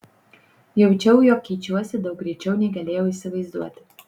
jaučiau jog keičiuosi daug greičiau nei galėjau įsivaizduoti